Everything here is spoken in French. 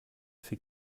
fait